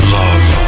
love